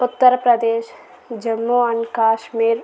Uttara Pradesh Jammu and Kashmir